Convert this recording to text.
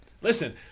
Listen